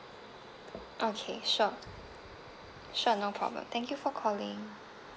okay sure sure no problem thank you for calling